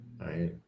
right